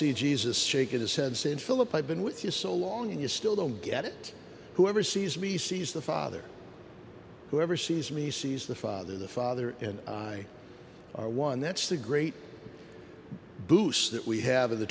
see jesus shake in a sense in philip i've been with you so long and you still don't get it whoever sees me sees the father whoever sees me sees the father the father and i are one that's the great boost that we have of the